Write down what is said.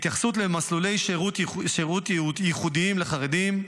התייחסות למסלולי שירות ייחודיים לחרדים,